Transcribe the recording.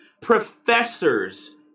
professors